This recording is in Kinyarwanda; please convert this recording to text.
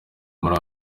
muri